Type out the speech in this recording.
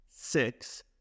six